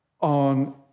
On